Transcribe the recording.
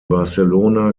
barcelona